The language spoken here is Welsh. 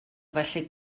felly